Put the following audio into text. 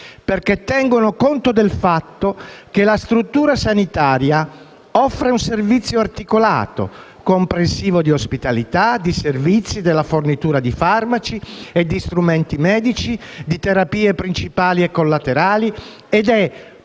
perché tengono conto del fatto che la struttura sanitaria offre un servizio articolato, comprensivo di ospitalità, servizi, della fornitura di farmaci e di strumenti medici, di terapie principali e collaterali, ed è,